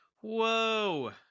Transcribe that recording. Whoa